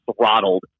throttled